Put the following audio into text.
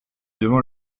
devant